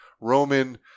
Roman